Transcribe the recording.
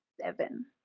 seven